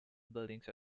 buildings